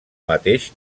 mateix